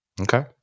okay